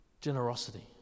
Generosity